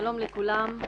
שלום לכולם.